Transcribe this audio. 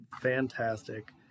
Fantastic